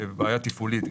וגם בעיה תפעולית.